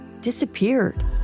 disappeared